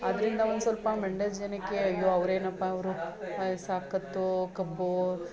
ಅದರಿಂದ ಒಂದ್ಸ್ವಲ್ಪ ಮಂಡ್ಯದ ಜನಕ್ಕೆ ಅಯ್ಯೋ ಅವರೇನಪ್ಪ ಅವರು ಸಾಕತ್ತು ಕಬ್ಬು